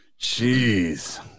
Jeez